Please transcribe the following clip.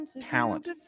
talent